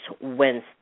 Wednesday